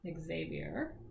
Xavier